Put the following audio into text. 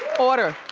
order.